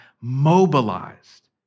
mobilized